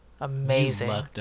amazing